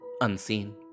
unseen